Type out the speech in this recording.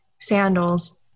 sandals